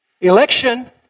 election